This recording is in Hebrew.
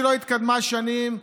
שלא התקדמה שנים,